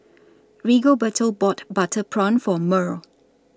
Rigoberto bought Butter Prawn For Mearl